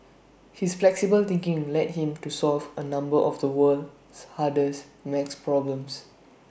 his flexible thinking led him to solve A number of the world's hardest math problems